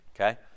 Okay